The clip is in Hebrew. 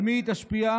על מי היא תשפיע?